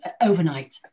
overnight